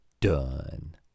done